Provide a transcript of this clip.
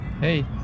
Hey